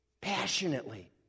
passionately